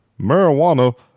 marijuana